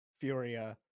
Furia